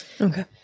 Okay